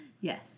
Yes